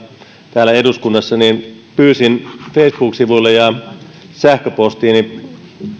täällä eduskunnassa pyysin facebook sivuilleni ja sähköpostiini